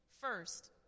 First